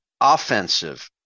offensive